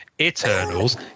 Eternals